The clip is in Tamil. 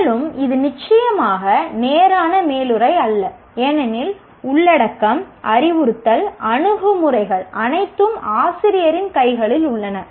மேலும் இது நிச்சயமாக நேரான மேலுறை அல்ல ஏனெனில் உள்ளடக்கம் அறிவுறுத்தல் அணுகுமுறைகள் அனைத்தும் ஆசிரியரின் கைகளில் உள்ளன